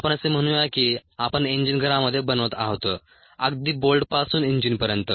आपण असे म्हणूया की आपण इंजिन घरामध्ये बनवत आहोत अगदी बोल्टपासून इंजिनपर्यंत